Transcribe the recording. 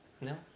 no